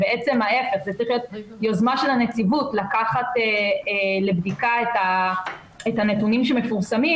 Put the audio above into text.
זאת צריכה להיות יוזמה של הנציבות לקחת לבדיקה את הנתונים שמפורסמים.